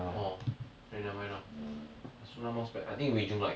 orh then never mind lah asuna mouse pad I think wei jun like